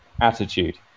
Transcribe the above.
attitude